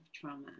trauma